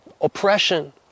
oppression